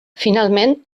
finalment